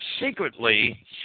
secretly